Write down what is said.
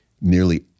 nearly